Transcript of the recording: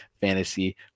fantasy